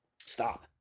stop